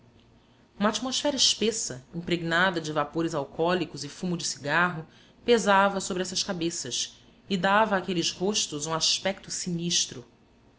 uma atmosfera espessa impregnada de vapores alcoólicos e fumo de cigarro pesava sobre essas cabeças e dava àqueles rostos um aspecto sinistro